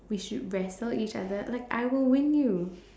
we should wrestle each other like I will win you